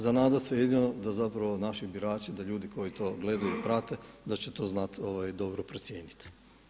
Za nadati se jedino da zapravo naši birači, da ljudi koji to gledaju i prate da će to znati dobro procijeniti.